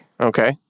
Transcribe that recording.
Okay